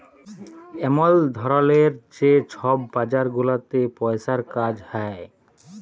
এমল ধরলের যে ছব বাজার গুলাতে পইসার কাজ হ্যয়